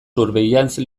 surveillance